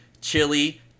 chili